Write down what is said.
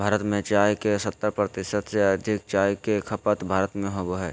भारत में चाय के सत्तर प्रतिशत से अधिक चाय के खपत भारत में होबो हइ